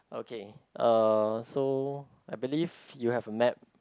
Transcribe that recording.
okay uh so I believe you have a map